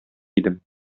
идем